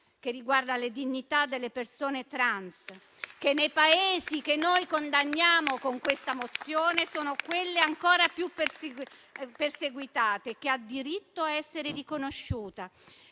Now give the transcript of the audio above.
che riguarda la dignità delle persone *trans*, che nei Paesi che noi condanniamo con questa mozione sono quelle ancora più perseguitate, che ha diritto di essere riconosciuta,